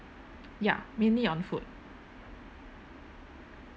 ya mainly on food